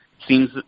seems